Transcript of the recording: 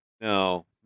No